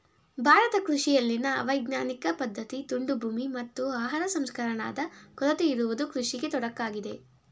ಭಾರತ ಕೃಷಿಯಲ್ಲಿನ ಅವೈಜ್ಞಾನಿಕ ಪದ್ಧತಿ, ತುಂಡು ಭೂಮಿ, ಮತ್ತು ಆಹಾರ ಸಂಸ್ಕರಣಾದ ಕೊರತೆ ಇರುವುದು ಕೃಷಿಗೆ ತೊಡಕಾಗಿದೆ